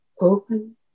open